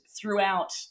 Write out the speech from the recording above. throughout